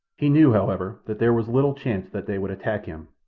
he knew, however, that there was little chance that they would attack him,